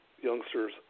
youngsters